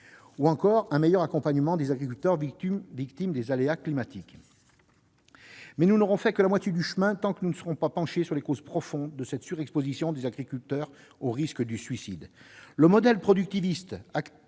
organiser un meilleur accompagnement des agriculteurs victimes des aléas climatiques. Cependant, nous n'aurons fait que la moitié du chemin tant que nous ne nous serons pas penchés sur les causes profondes de cette surexposition des agriculteurs au risque de suicide. Le modèle productiviste actuel